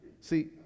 See